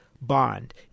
bond